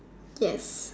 yes